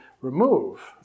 remove